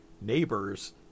neighbors